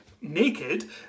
naked